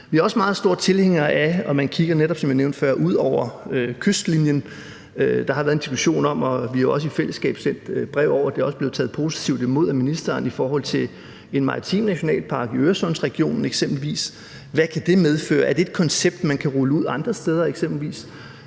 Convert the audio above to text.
Vi er også meget store tilhængere af, at man, som jeg netop nævnte før, kigger ud over kystlinjen. Der har været en diskussion om – vi har også i fællesskab sendt et brev, som også er blevet taget positivt imod af ministeren – f.eks. oprettelse af en maritim nationalpark i Øresundsregionen. Vi har spurgt om, hvad det kan medføre, og om det er et koncept, man kan rulle ud andre steder,